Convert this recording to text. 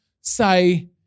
say